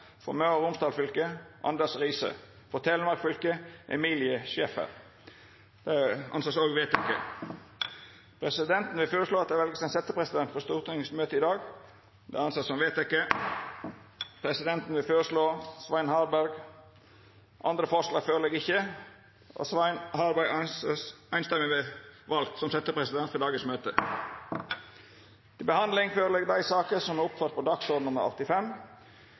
For Møre og Romsdal fylke: Anders Riise For Telemark fylke: Emilie Schäffer Presidenten vil føreslå at det vert valt ein setjepresident for Stortingets møte i dag – og ser det som vedteke. Presidenten vil føreslå Svein Harberg. – Andre forslag ligg ikkje føre, og Svein Harberg er samrøystes vald som setjepresident for dagens møte. Før sakene på dagens kart vert tekne opp til behandling,